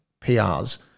PRs